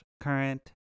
current